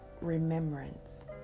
remembrance